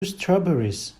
strawberries